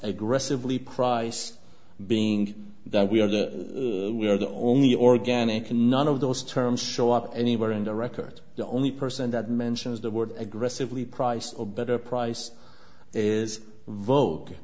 aggressively price being that we are we are the only organic and none of those terms show up anywhere in the record the only person that mentions the word aggressively price or better price is vo